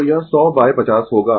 तो यह 100 बाय 50 होगा